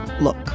look